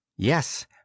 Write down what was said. Yes